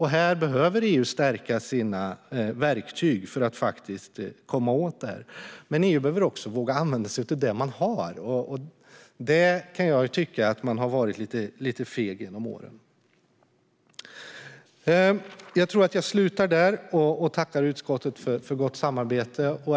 Här behöver EU stärka sina verktyg för att komma åt det, men EU behöver också våga använda sig av det man har. Där kan jag tycka att man har varit lite feg genom åren. Jag slutar där och tackar utskottet för ett gott samarbete.